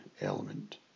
element